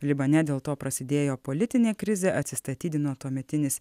libane dėl to prasidėjo politinė krizė atsistatydino tuometinis